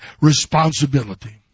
responsibility